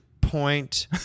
point